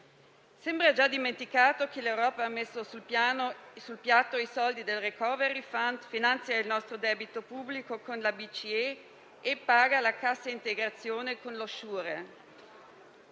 Sembra già dimenticato che l'Europa ha messo sul piatto i soldi del *recovery fund*, che finanzia il nostro debito pubblico con la BCE e paga la cassa integrazione con Sure.